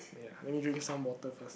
me drink some water first